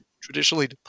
traditionally